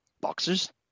boxers